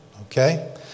Okay